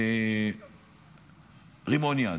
רימון יד,